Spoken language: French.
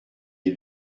les